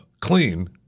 clean